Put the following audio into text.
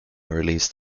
released